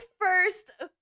first